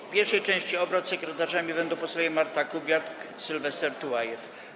W pierwszej części obrad sekretarzami będą posłowie Marta Kubiak i Sylwester Tułajew.